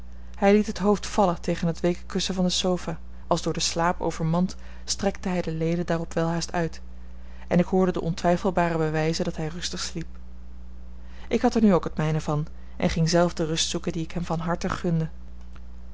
hij liet het hoofd vallen tegen het weeke kussen van de sofa als door den slaap overmand strekte hij de leden daarop welhaast uit en hoorde ik de ontwijfelbare bewijzen dat hij rustig sliep ik had er nu ook het mijne van en ging zelf de rust zoeken die ik hem van harte gunde